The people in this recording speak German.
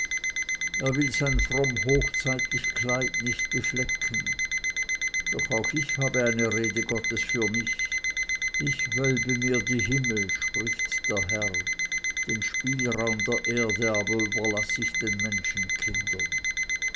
er will sein frommhochzeitlich kleid nicht beflecken doch auch ich habe eine rede gottes für mich ich wölbe mir die himmel spricht der herr den spielraum der erde aber überließ ich den menschenkindern